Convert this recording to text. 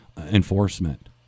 enforcement